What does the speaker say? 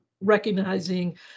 recognizing